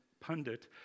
pundit